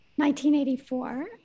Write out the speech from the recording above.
1984